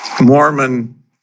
Mormon